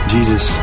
Jesus